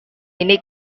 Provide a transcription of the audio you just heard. ini